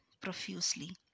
profusely